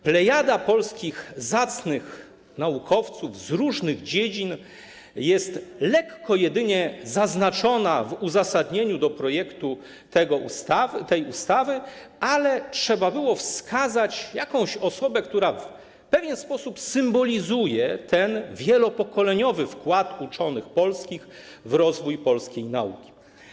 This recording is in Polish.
Plejada polskich zacnych naukowców z różnych dziedzin jest lekko jedynie zaznaczona w uzasadnieniu do projektu tej ustawy, ale trzeba było wskazać jakąś osobę, która w pewien sposób symbolizuje ten wielopokoleniowy wkład uczonych polskich w rozwój polskiej nauki.